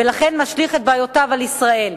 ולכן משליך את בעיותיו על ישראל.